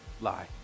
lie